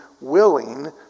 willing